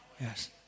Yes